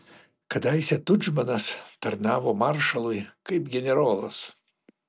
kadaise tudžmanas tarnavo maršalui kaip generolas